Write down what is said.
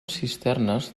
cisternes